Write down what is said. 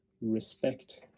respect